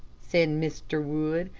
said mr. wood.